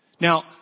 now